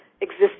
exists